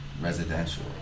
residential